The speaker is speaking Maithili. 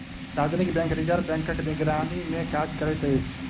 सार्वजनिक बैंक रिजर्व बैंकक निगरानीमे काज करैत अछि